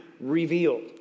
revealed